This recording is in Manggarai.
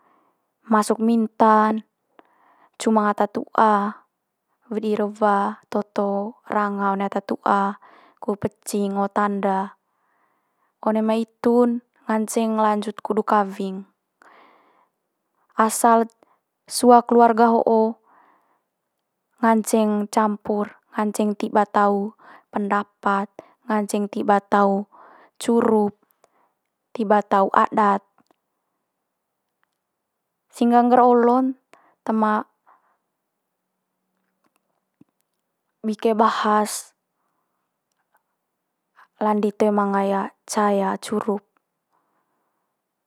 Masuk minta'n, cumang ata tu'a, wedi ruwa, toto ranga one ata tu'a kut pecing ngo tanda. One mai itu'n nganceng lanjut kudu kawing, asal sua keluarga ho'o nganceng campur, nganceng tiba tau pendapat, nganceng tiba tau curup tiba tau adat. Sehingga ngger olo'n te ma bike bahas landi toe manga ca curup.